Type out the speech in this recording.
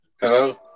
Hello